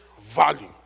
value